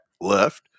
left